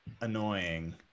annoying